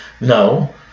No